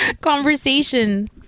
conversation